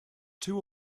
two